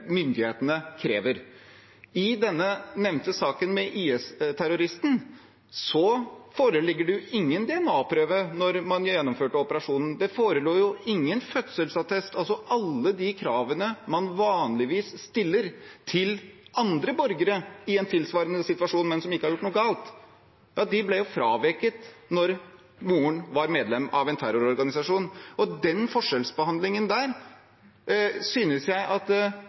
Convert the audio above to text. myndighetene krever. I denne nevnte saken med IS-terroristen forelå det ingen DNA-prøve da man gjennomførte operasjonen. Det forelå ingen fødselsattest. Alle de kravene man vanligvis stiller til andre borgere i en tilsvarende situasjon, men som ikke har gjort noe galt, ja, de kravene ble fraveket da moren var medlem av en terrororganisasjon. Den forskjellsbehandlingen synes jeg at